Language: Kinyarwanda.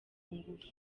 ngufu